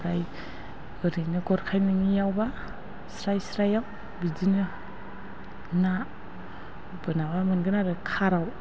ओमफ्राय ओरैनो गरखाइ नङैयावबा स्राय स्रायाव बिदिनो ना बोनायाव मोनगोन आरो खाराव